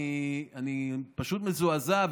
אני פשוט מזועזע,